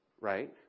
right